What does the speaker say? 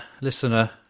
listener